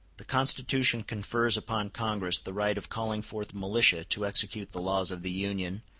the constitution confers upon congress the right of calling forth militia to execute the laws of the union,